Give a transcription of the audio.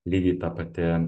lygiai ta pati